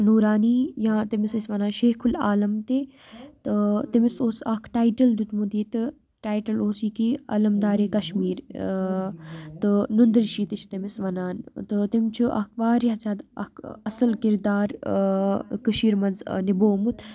نوٗرانی یا تٔمِس ٲسۍ وَنان شیخ العالم تہِ تہٕ تٔمِس اوس اَکھ ٹایٹٕل دیُتمُت ییٚتہِ ٹایٹٕل اوس ییٚکیٛاہ علمدارے کَشمیٖر تہٕ نُند رشی تہِ چھِ تٔمِس وَنان تہٕ تٔمۍ چھُ اَکھ واریاہ زیادٕ اَکھ اَصٕل کِردار کٔشیٖرِ منٛز نِبومُت